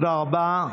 תודה רבה.